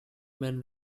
men